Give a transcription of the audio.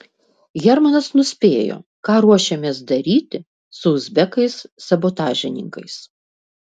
hermanas nuspėjo ką ruošiamės daryti su uzbekais sabotažininkais